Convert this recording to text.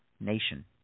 nation